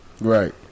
Right